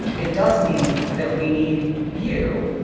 it does mean that we need you,